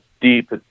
deep